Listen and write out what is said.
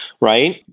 right